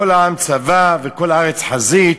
כל העם צבא וכל הארץ חזית,